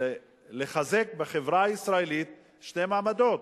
ולחזק בחברה הישראלית שני מעמדות: